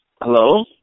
Hello